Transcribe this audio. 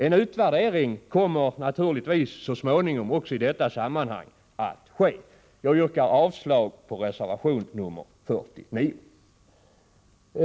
En utvärdering kommer naturligtvis så småningom också att ske. Jag yrkar avslag på reservation 49.